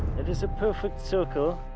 it is a perfect circle.